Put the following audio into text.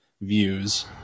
views